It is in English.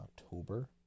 October